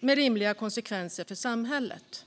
med rimliga konsekvenser för samhället.